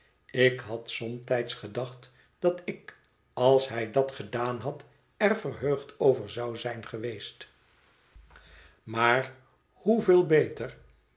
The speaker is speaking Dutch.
ik had somtijds gedacht dat ik als hij dat gedaan had er verheugd over zou zijn geweest maar hoeveel beter